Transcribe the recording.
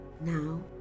Now